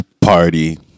party